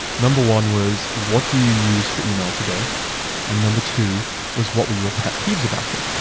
number one was what do you use for email today and number two was what were your pet peeves about it.